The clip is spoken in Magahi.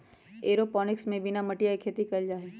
एयरोपोनिक्स में बिना मटिया के खेती कइल जाहई